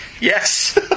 Yes